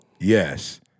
Yes